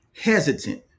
hesitant